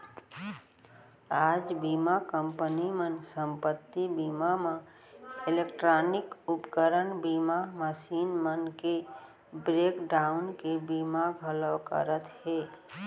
आज बीमा कंपनी मन संपत्ति बीमा म इलेक्टानिक उपकरन बीमा, मसीन मन के ब्रेक डाउन के बीमा घलौ करत हें